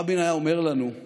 רבין היה אומר לנו: